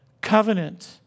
covenant